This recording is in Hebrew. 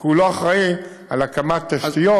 כי הוא לא אחראי להקמת תשתיות